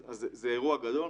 אז זה אירוע גדול,